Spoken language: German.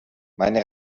meine